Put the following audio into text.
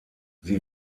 sie